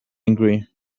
angry